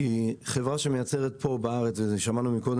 כי חברה שמייצרת פה בארץ לתוך